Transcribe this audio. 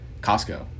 Costco